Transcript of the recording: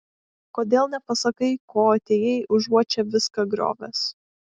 kodėl nepasakai ko atėjai užuot čia viską griovęs